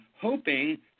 hoping